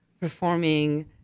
performing